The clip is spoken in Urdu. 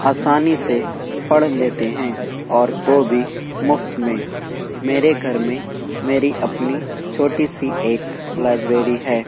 آسانی سے پڑھ لیتے ہیں اور وہ بھی مفت میں میرے گھر میں میری اپنی چھوٹی سی ایک لائبریری ہے